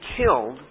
killed